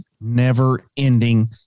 never-ending